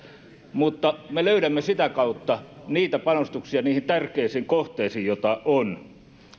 mutta me löydämme sitä kautta panostuksia niihin tärkeisiin kohteisiin joita on